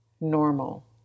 normal